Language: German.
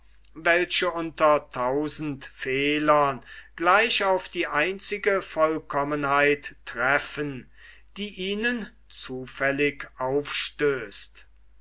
welche unter tausend fehlern gleich auf die einzige vollkommenheit treffen die ihnen aufstößt